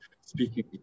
speaking